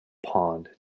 pond